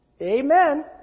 Amen